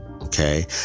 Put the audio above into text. okay